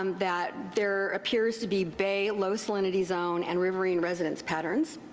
um that there appears to be bay low salinity zone and riverine residence patterns.